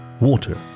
water